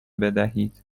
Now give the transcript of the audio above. بدهید